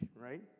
right